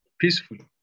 peacefully